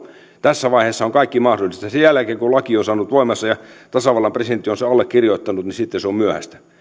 tässä vaiheessa on kaikki mahdollista sen jälkeen kun laki on saanut lainvoimansa ja tasavallan presidentti on sen allekirjoittanut se on sitten myöhäistä